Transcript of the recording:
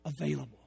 available